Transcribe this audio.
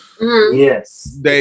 Yes